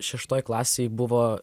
šeštoj klasėj buvo